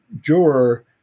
juror